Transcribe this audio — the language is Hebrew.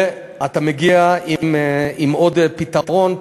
ואתה מגיע עם עוד פתרון.